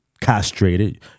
castrated